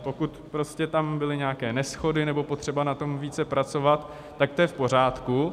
Pokud prostě tam byly nějaké neshody nebo potřeba na tom více pracovat, tak to je v pořádku.